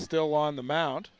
still on the mound